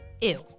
Ew